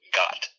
got